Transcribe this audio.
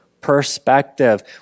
perspective